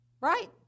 Right